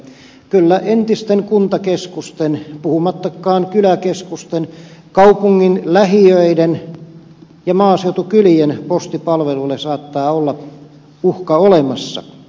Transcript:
elikkä kyllä entisten kuntakeskusten puhumattakaan kyläkeskusten kaupungin lähiöiden ja maaseutukyien postipalveluille saattaa olla uhka olemassa